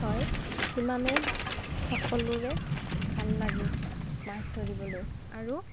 হয় সিমানে সকলোৰে ভাল লাগে মাছ ধৰিবলৈ আৰু